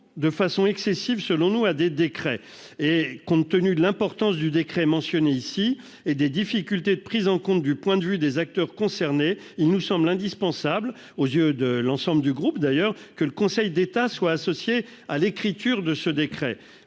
de façon excessive selon nous, à des décrets. Compte tenu de l'importance du décret mentionné ici et des difficultés de prise en compte du point de vue des acteurs concernés, il nous semble indispensable, à mes collègues de groupe et à moi-même, que le Conseil d'État soit associé à la rédaction de ce décret.